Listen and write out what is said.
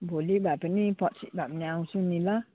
भोलि भए पनि पर्सि भए पनि आउँछु नि ल